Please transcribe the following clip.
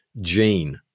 gene